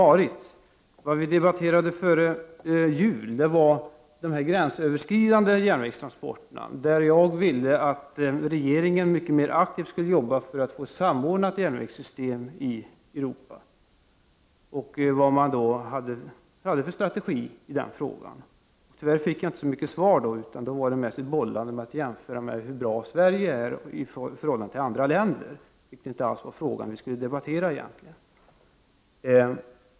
Före jul debatterade vi de gränsöverskridande järnvägstransporterna, där jag ville att regeringen mycket mera aktivt skulle arbeta för att få ett samordnat järnvägssystem i Europa och undrade vad man har för strategi i den frågan. Tyvärr fick jag inte så mycket till svar, utan det var mest ett bollande med att jämföra med hur bra Sverige är i förhållande till andra länder, vilket vi inte alls skulle debattera då egentligen.